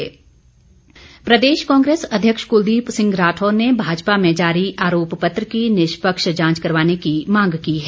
राठौर प्रदेश कांग्रेस अध्यक्ष कुलदीप सिंह राठौर ने भाजपा में जारी आरोप पत्र की निष्पक्ष जांच करवाने की मांग की है